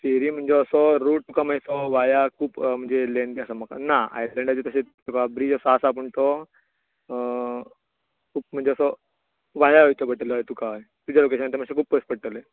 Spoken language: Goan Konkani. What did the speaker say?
फेरी म्हणजे असो रोड तुका मेळटलो वाया तूं म्हणजे आसा म्हाका ना आयलेंडाचेर तशें तुका ब्रीज असो आसा पूण तो खूब म्हणजे असो वाया वयचें पडटलें तुका तुज्या लॉकेशनाच्यान मातशें खूब पयस पडटले